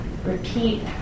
Repeat